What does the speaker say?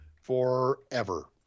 forever